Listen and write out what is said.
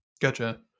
Gotcha